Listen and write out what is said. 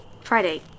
Friday